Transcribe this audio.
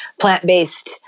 plant-based